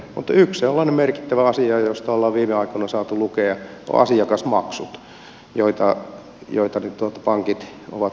mutta yksi sellainen merkittävä asia josta on viime aikoina saatu lukea on asiakasmaksut joita pankit ovat korottaneet